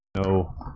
No